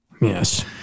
yes